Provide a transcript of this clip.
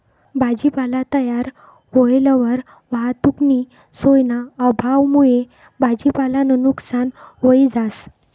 भाजीपाला तयार व्हयेलवर वाहतुकनी सोयना अभावमुये भाजीपालानं नुकसान व्हयी जास